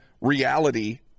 reality